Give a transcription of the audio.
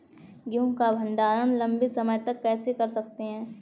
गेहूँ का भण्डारण लंबे समय तक कैसे कर सकते हैं?